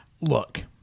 Look